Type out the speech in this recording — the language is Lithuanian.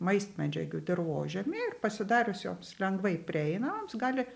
maistmedžiagių dirvožemy ir pasidarius joms lengvai prieinamoms gali